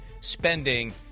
spending